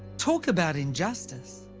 talk about injustice.